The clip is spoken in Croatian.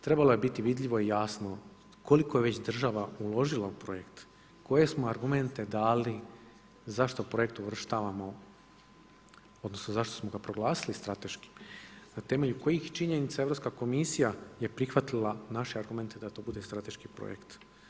Trebalo je biti vidljivo i jasno koliko je već država uložilo u projekt, koje smo argumente dali zašto projekt uvrštavamo odnosno zašto smo ga proglasili strateškim, na temelju kojih činjenica je Europska komisija prihvatila naše argumente da to bude strateški projekt.